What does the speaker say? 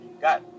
got